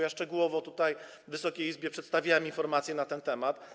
Ja szczegółowo tutaj Wysokiej Izbie przedstawiałem informację na ten temat.